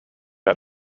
out